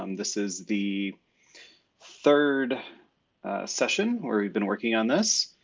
um this is the third session where we'd been working on this.